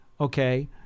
okay